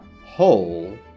whole